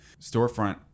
Storefront